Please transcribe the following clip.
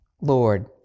Lord